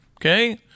Okay